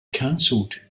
canceled